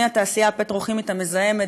מהתעשייה הפטרוכימית המזהמת,